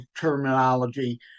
terminology